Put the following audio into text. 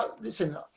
listen